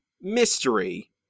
mystery